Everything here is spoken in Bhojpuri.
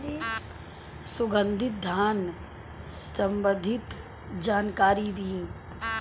सुगंधित धान संबंधित जानकारी दी?